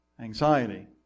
Anxiety